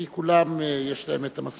כי כולם, יש להם המסורת.